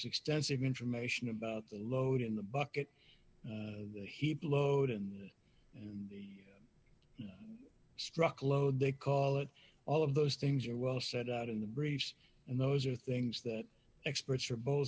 extensive information about the load in the bucket heap load and in the struck low they call it all of those things are well set out in the briefs and those are things that experts or both